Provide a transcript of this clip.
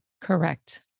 Correct